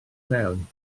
mewn